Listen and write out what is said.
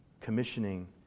commissioning